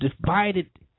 divided